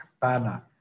banner